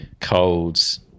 colds